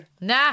nah